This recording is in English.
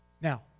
Now